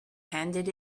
handed